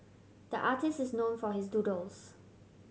the artist is known for his doodles